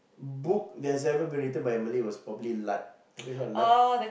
book that's ever been written by a Malay was probably Lard have you heard of Lard